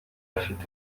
bafite